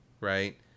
right